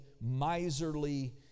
miserly